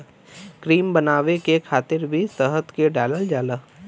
cream बनावे खातिर भी शहद के डालल जाला